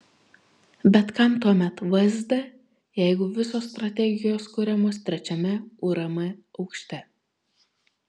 bet kam tuomet vsd jeigu visos strategijos kuriamos trečiame urm aukšte